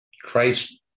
Christ